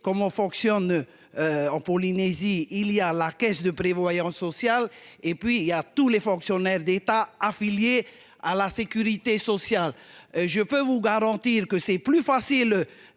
comment fonctionne. En Polynésie. Il y a la Caisse de prévoyance sociale, et puis il y a tous les fonctionnaires d'État affiliés à la Sécurité sociale. Je peux vous garantir que c'est plus facile